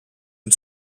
and